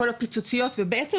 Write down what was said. כל הפיצוציות ובעצם,